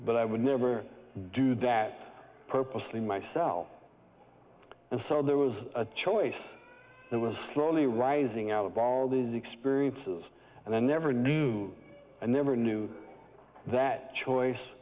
but i would never do that purposely myself and so there was a choice that was slowly rising out of all these experiences and then never knew and never knew that choice